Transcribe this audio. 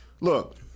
look